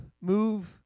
move